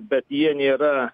bet jie nėra